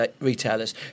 retailers